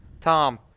Tom